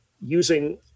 using